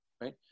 right